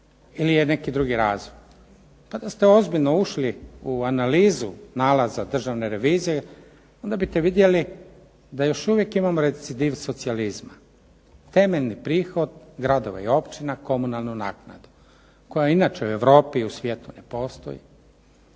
ili je neki drugi razlog? Pa da ste ozbiljno ušli u analizu nalaza državne revizije, onda biste vidjeli da još uvijek imamo recidiv socijalizma, temeljni prihod gradova i općina komunalnu naknadu koja inače u Europi, u svijetu ne postoji,